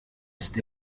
ist